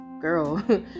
girl